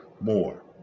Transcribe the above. more